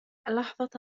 لحظة